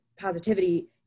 positivity